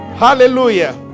hallelujah